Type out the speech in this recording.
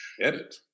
Edit